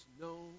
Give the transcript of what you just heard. no